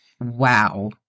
wow